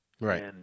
Right